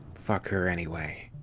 fuck her, anyway.